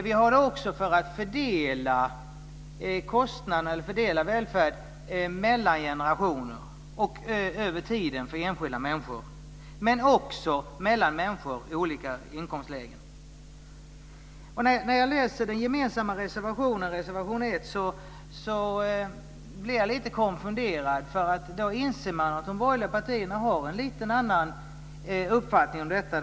Vi har dem också för att fördela kostnader och välfärd mellan generationer och över tiden för enskilda människor, men också mellan människor i olika inkomstlägen. När man läser den gemensamma reservationen 1 blir man lite konfunderad och inser att de borgerliga partierna har en lite annan uppfattning om detta.